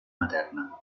materna